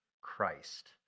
Christ